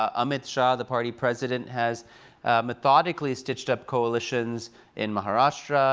um amit shah, the party president, has methodically stitched up coalitions in maharashtra,